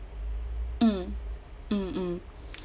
mm mm mm